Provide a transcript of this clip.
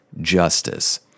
justice